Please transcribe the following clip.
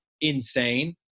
insane